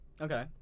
okay